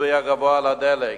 המיסוי הגבוה על הדלק.